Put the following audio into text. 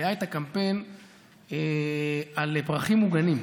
היה קמפיין על פרחים מוגנים.